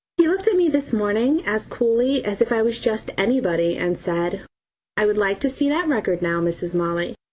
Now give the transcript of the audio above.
he looked at me this morning as coolly as if i was just anybody and said i would like to see that record now, mrs. molly.